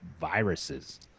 viruses